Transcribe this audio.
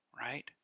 right